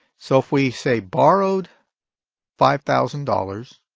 so if we, say, borrowed five thousand dollars,